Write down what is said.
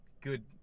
good